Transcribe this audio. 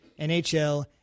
NHL